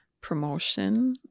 promotion